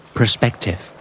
Perspective